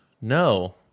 No